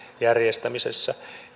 järjestämisessä